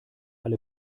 alle